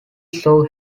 saw